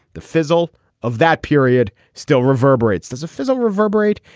the fizzle of that period still reverberates there's a fizzle reverberate.